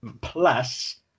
Plus